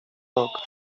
rok